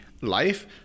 life